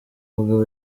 mugabo